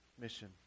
mission